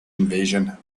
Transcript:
invasion